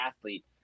athlete